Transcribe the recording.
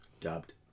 Dubbed